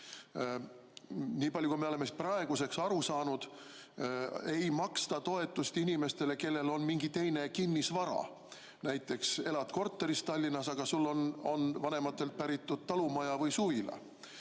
Nii palju kui me oleme praeguseks aru saanud, ei maksta toetust inimestele, kellel on mingi teine kinnisvara. Näiteks, elad korteris Tallinnas, aga sul on vanematelt päritud talumaja või suvila.